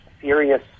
serious